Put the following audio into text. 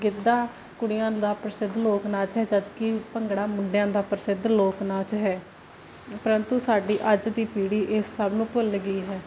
ਗਿੱਧਾ ਕੁੜੀਆਂ ਦਾ ਪ੍ਰਸਿੱਧ ਲੋਕ ਨਾਚ ਹੈ ਜਦਕਿ ਭੰਗੜਾ ਮੁੰਡਿਆਂ ਦਾ ਪ੍ਰਸਿੱਧ ਲੋਕ ਨਾਚ ਹੈ ਪ੍ਰੰਤੂ ਸਾਡੀ ਅੱਜ ਦੀ ਪੀੜ੍ਹੀ ਇਸ ਸਭ ਨੂੰ ਭੁੱਲ ਗਈ ਹੈ